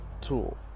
tool